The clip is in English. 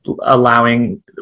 allowing